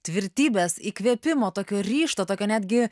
tvirtybės įkvėpimo tokio ryžto tokio netgi